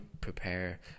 prepare